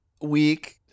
week